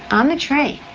on the tray,